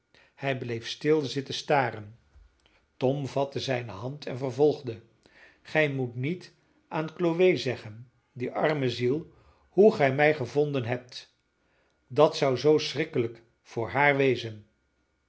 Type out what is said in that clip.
hij bleef stil zitten staren tom vatte zijne hand en vervolgde gij moet niet aan chloe zeggen die arme ziel hoe gij mij gevonden hebt dat zou zoo schrikkelijk voor haar wezen